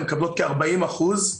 הן מקבלות כ-40 אחוזים.